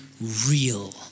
real